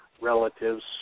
relatives